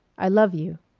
i love you.